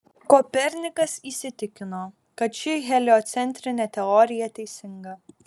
kopernikas įsitikino kad ši heliocentrinė teorija teisinga